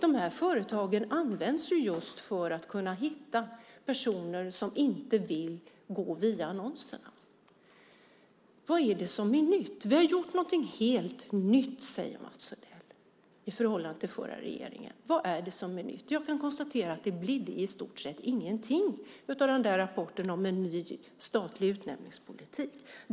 De här företagen används just för att hitta personer som inte vill gå via annonserna. Vad är det som är nytt? Vi har gjort någonting helt nytt i förhållande till den förra regeringen, säger Mats Odell. Vad är det som är nytt? Jag kan konstatera att det i stort sett inte blidde någonting av den där rapporten om en ny statlig utnämningspolitik.